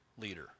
leader